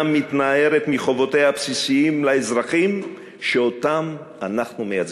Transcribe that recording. מתנערת מחובותיה הבסיסיות לאזרחים שאותם אנחנו מייצגים.